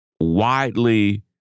widely